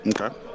Okay